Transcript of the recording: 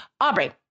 Aubrey